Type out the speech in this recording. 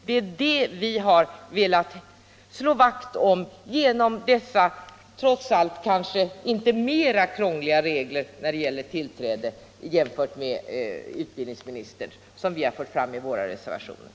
Det är detta vi har velat slå vakt om genom dessa jämfört med utbildningsministerns förslag kanske trots allt inte krångligare regler när det gäller tillträdet som vi har fört fram i våra reservationer.